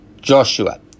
Joshua